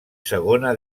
segona